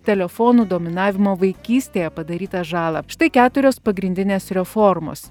telefonų dominavimo vaikystėje padarytą žalą štai keturios pagrindinės reformos